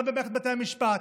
גם במערכת בתי המשפט.